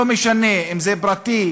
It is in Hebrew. לא משנה אם זה פרטי,